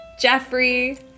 Jeffrey